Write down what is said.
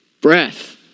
Breath